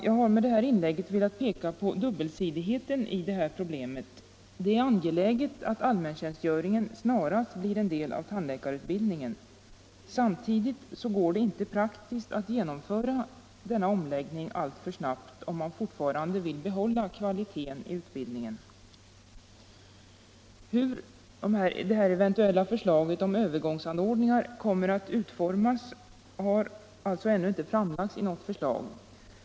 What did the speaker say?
Jag har med detta inlägg velat peka på dubbelsidigheten i problemet. Det är angeläget att allmäntjänstgöringen snarast blir en del av tandläkarutbildningen. Samtidigt går det inte praktiskt att genomföra denna omläggning alltför snabbt, om man fortfarande vill behålla kvaliteten på utbildningen. Hur eventuella övergångsanordningar kommer att utformas har det ännu inte framlagts något förslag om.